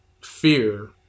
fear